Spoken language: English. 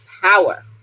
power